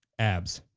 abs.